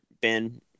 Ben